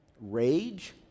rage